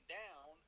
down